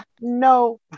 no